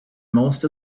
most